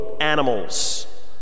animals